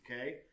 Okay